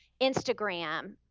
Instagram